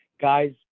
guys